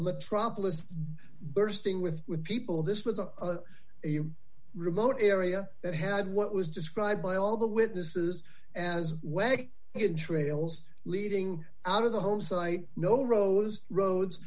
metropolis bursting with with people this was a remote area that had what was described by all the witnesses as in trails leading out of the home site no rows roads